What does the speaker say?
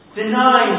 deny